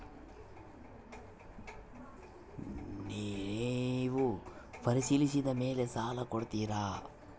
ನೇವು ಪರಿಶೇಲಿಸಿದ ಮೇಲೆ ಸಾಲ ಕೊಡ್ತೇರಾ?